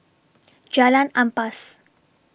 Jalan Ampas